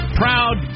proud